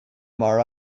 mar